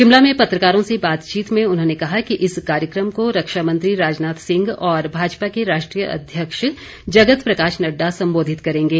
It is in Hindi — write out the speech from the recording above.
शिमला में पत्रकारों से बातचीत में उन्होंने कहा कि इस कार्यक्रम को रक्षा मंत्री राजनाथ सिंह और भाजपा के राष्ट्रीय अध्यक्ष जगत प्रकाश नड्डा संबोधित करेंगे